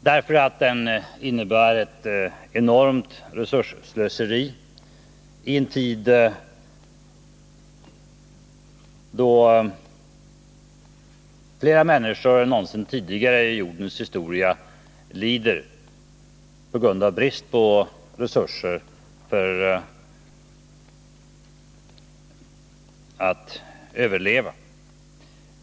därför att den innebär ett enormt resursslöseri i en tid då flera människor än någonsin tidigare i jordens historia lider brist på resurser för att överleva.